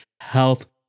health